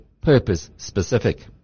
purpose-specific